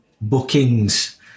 Bookings